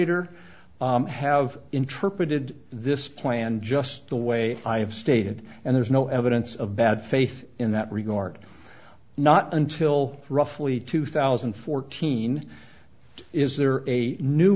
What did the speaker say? r have interpreted this plan just the way i have stated and there's no evidence of bad faith in that regard not until roughly two thousand and fourteen is there a new